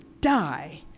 die